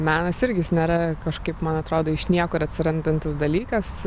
menas irgi jis nėra kažkaip man atrodo iš niekur atsirandantis dalykas